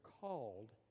called